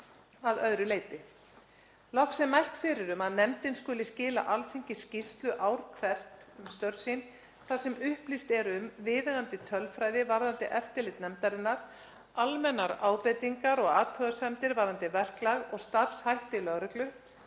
að öðru leyti. Loks er mælt fyrir um að nefndin skuli skila Alþingi skýrslu ár hvert um störf sín þar sem upplýst er um viðeigandi tölfræði varðandi eftirlit nefndarinnar, almennar ábendingar og athugasemdir varðandi verklag og starfshætti lögreglu,